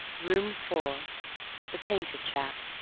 room four the painter chap